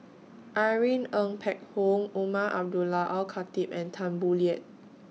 Irene Ng Phek Hoong Umar Abdullah Al Khatib and Tan Boo Liat